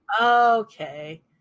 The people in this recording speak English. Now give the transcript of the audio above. Okay